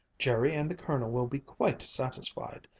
jerry and the colonel will be quite satisfied.